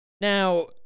Now